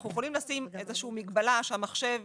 אנחנו יכולים לשים איזושהי מגבלה שהמחשב